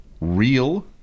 real